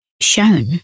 shown